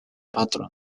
patron